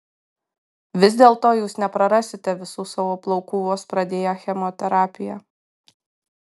vis dėlto jūs neprarasite visų savo plaukų vos pradėję chemoterapiją